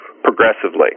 progressively